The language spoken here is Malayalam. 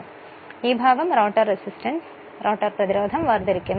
അതിനാൽ ഈ ഭാഗം റോട്ടോർ റെസിസ്റ്റൻസ് വേർതിരിക്കപ്പെടുന്നു